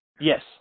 Yes